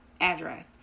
address